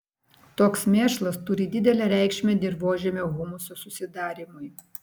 toks mėšlas turi didelę reikšmę dirvožemio humuso susidarymui